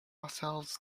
ourselves